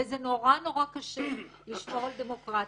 וזה נורא-נורא קשה לשמור על דמוקרטיה,